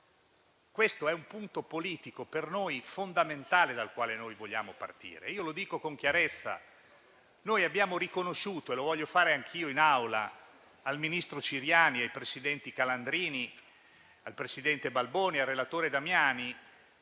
Questo è un punto politico per noi fondamentale, dal quale vogliamo partire. Lo dico con chiarezza: abbiamo riconosciuto - e lo voglio fare anch'io in Aula - al ministro Ciriani e al presidente Calandrini, ai relatori senatori Balboni e Damiani